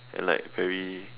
and like very